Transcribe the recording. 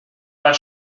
pas